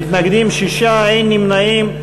מתנגדים, 6, אין נמנעים.